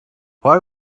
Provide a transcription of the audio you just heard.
why